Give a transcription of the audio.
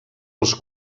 els